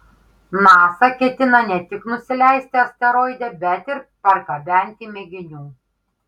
nasa ketina ne tik nusileisti asteroide bet ir pargabenti mėginių